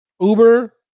Uber